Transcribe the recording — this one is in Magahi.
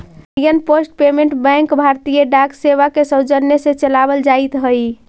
इंडियन पोस्ट पेमेंट बैंक भारतीय डाक सेवा के सौजन्य से चलावल जाइत हइ